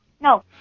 No